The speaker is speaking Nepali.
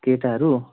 केटाहरू